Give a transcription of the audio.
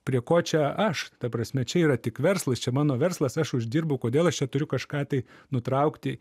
prie ko čia aš ta prasme čia yra tik verslas čia mano verslas aš uždirbau kodėl aš turiu kažką tai nutraukti